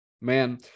man